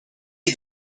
you